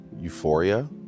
Euphoria